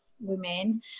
women